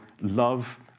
love